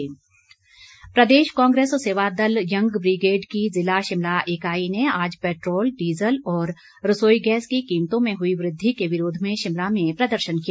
rally प्रदेश कांग्रेस सेवा दल यंग ब्रिगेड की ज़िला शिमला इकाई ने आज पेट्रोल डीज़ल और रसोई गैस की कीमतों में हुई वृद्धि के विरोध में शिमला में प्रदर्शन किया